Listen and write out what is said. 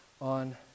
on